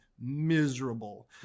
miserable